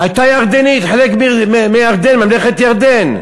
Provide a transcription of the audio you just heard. הייתה ירדנית, חלק מממלכת ירדן,